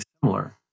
similar